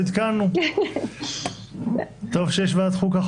אני מתכבד לפתוח את ישיבת ועדת החוקה,